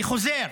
אני חוזר,